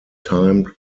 timed